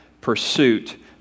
pursuit